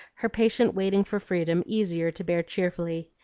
her patient waiting for freedom easier to bear cheerfully.